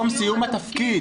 בתום סיום התפקיד.